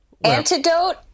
Antidote